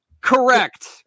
Correct